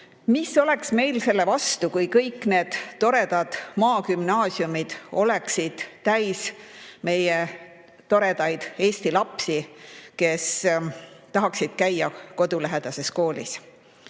oleks meil selle vastu, kui kõik need toredad maagümnaasiumid oleksid täis meie toredaid eesti lapsi, kes tahaksid käia kodulähedases koolis?